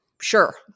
sure